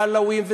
והעלאווים,